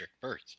birth